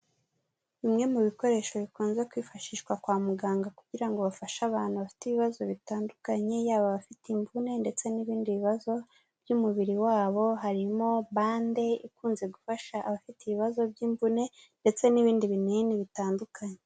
Bimwe mu bikoresho bikunze kwifashishwa kwa muganga kugira ngo bafashe abantu bafite ibibazo bitandukanye, yabafite imvune ndetse n'ibindi bibazo by'umubiri wabo harimo bande ikunze gufasha abafite ibibazo by'imvune ndetse n'ibindi binini bitandukanye.